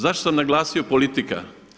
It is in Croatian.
Zašto sam naglasio politika?